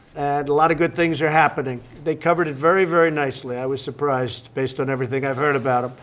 and a lot of good things are happening. they covered it very, very nicely. i was surprised, based on everything i've heard about ah